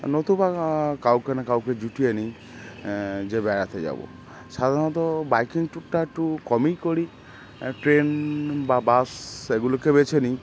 নতুবা কাউকে না কাউকে জুটিয়ে নিই যে বেড়াতে যাবো সাধারণত বাইকিং টুরটা একটু কমই করি ট্রেন বা বাস এগুলোকে বেছে নিই